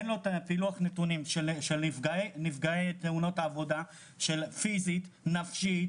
אין לו את פילוח הנתונים של נפגעי תאונות עבודה פיזית ונפשית.